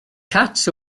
cats